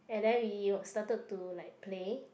and then we're started to like play